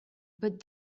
but